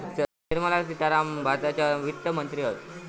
सध्या निर्मला सीतारामण भारताच्या वित्त मंत्री हत